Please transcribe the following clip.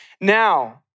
now